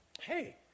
hey